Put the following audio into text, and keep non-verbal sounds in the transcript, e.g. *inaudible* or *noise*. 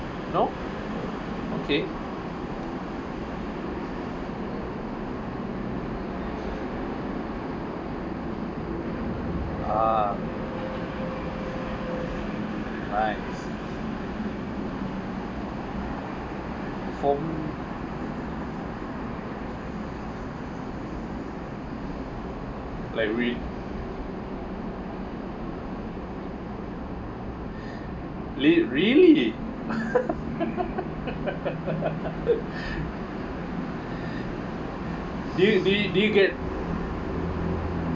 no okay uh nice form like we *breath* really *laughs* do you do you get